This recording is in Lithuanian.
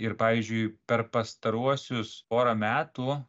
ir pavyzdžiui per pastaruosius porą metų